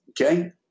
Okay